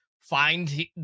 find